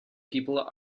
people